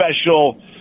special